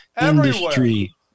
industry